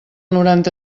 noranta